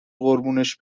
قربونش